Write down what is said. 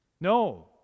No